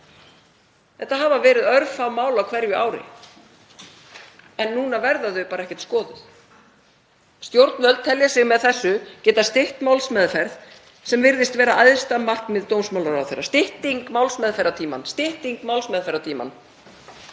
Þetta hafa verið örfá mál á hverju ári en núna verða þau bara ekkert skoðuð. Stjórnvöld telja sig með þessu getað stytt málsmeðferð sem virðist vera æðsta markmið dómsmálaráðherra; stytting málsmeðferðartímans. Þetta hefur